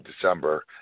December